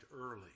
early